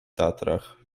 tatrach